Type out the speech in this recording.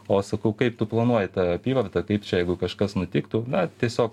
o sakau kaip tu planuoji tą apyvartą kaip čia jeigu kažkas nutiktų na tiesiog